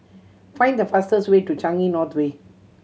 find the fastest way to Changi North Way